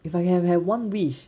if I can have one wish